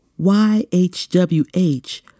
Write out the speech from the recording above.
YHWH